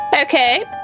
Okay